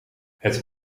het